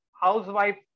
housewife